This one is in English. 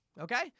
okay